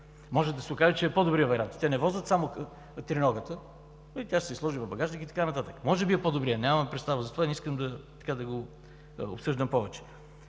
Може да се окаже, че е по-добрият вариант – те не возят само триногата, тя си е сложила багажник и така нататък. Може би е по-добрият вариант, нямам представа, затова не искам да го обсъждам повече.